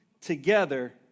together